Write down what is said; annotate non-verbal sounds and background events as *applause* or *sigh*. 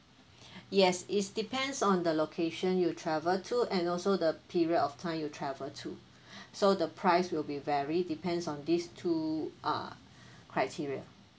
*breath* yes it's depends on the location you travel to and also the period of time you travel to *breath* so the price will be vary depends on these two uh criteria